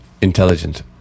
intelligent